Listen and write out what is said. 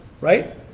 right